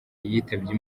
yitabye